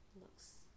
looks